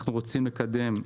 אנחנו רוצים לקדם,